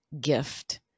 gift